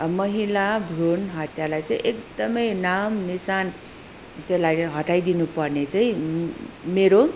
महिला भ्रूणहत्यालाई चाहिँ एकदमै नामनिसान त्यसलाई चाहिँ हटाई दिनुपर्ने चाहिँ मेरो